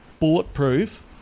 bulletproof